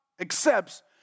accepts